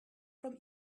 from